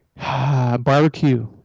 barbecue